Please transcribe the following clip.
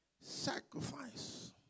sacrifice